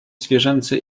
zwierzęcy